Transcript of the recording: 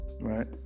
right